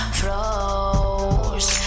flows